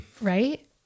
right